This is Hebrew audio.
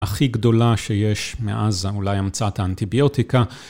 הכי גדולה שיש מאז אולי המצאת האנטיביוטיקה.